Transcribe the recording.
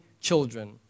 children